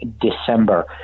December